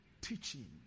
teaching